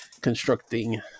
constructing